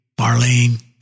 Marlene